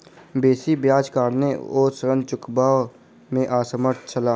बेसी ब्याजक कारणेँ ओ ऋण चुकबअ में असमर्थ छला